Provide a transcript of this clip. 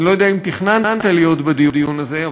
אני לא יודע אם תכננת להיות בדיון הזה,